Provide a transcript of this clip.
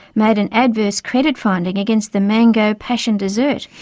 made an adverse credit finding against the mango passion desert.